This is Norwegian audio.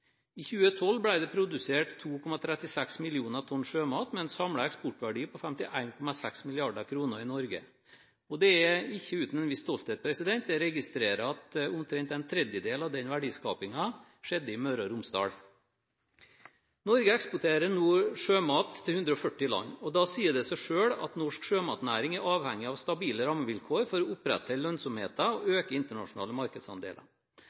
I 2012 ble det produsert 2,36 millioner tonn sjømat, med en samlet eksportverdi på 51,6 mrd. kr, i Norge. Det er ikke uten en viss stolthet jeg registrerer at omtrent en tredjedel av den verdiskapingen skjedde i Møre og Romsdal. Norge eksporterer nå sjømat til 140 land, og da sier det seg selv at norsk sjømatnæring er avhengig av stabile rammevilkår for å opprettholde lønnsomheten og øke internasjonale markedsandeler.